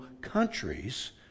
countries